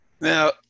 Now